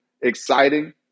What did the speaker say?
exciting